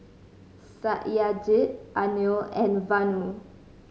Satyajit Anil and Vanu